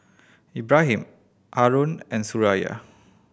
Ibrahim Haron and Suraya